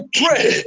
pray